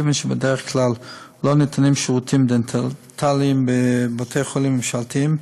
כיוון שבדרך כלל לא ניתנים שירותים דנטליים בבתי-החולים הממשלתיים,